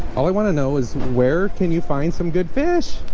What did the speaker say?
all i want to know is where can you find some good fish